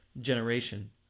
generation